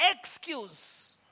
excuse